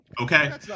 Okay